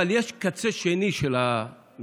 אבל יש קצה שני של המחזור,